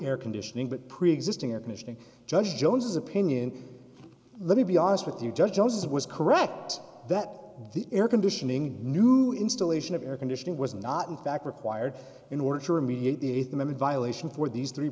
air conditioning but preexisting air conditioning judge jones is opinion let me be honest with you just tell us it was correct that the air conditioning new installation of air conditioning was not in fact required in order to remediate them in violation for these three